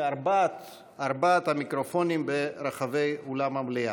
מארבעת המיקרופונים שברחבי אולם המליאה.